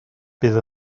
bydd